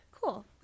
cool